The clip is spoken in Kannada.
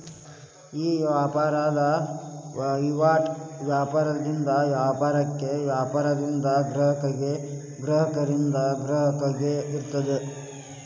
ಈ ವ್ಯಾಪಾರದ್ ವಹಿವಾಟು ವ್ಯಾಪಾರದಿಂದ ವ್ಯಾಪಾರಕ್ಕ, ವ್ಯಾಪಾರದಿಂದ ಗ್ರಾಹಕಗ, ಗ್ರಾಹಕರಿಂದ ಗ್ರಾಹಕಗ ಇರ್ತದ